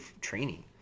training